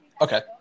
Okay